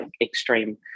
extreme